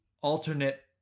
alternate